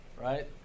right